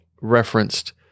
referenced